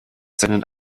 seinen